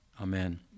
Amen